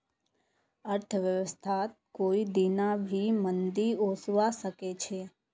अर्थव्यवस्थात कोई दीना भी मंदी ओसवा सके छे